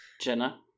jenna